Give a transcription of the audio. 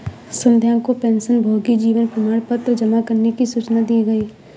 संध्या को पेंशनभोगी जीवन प्रमाण पत्र जमा करने की सूचना दी गई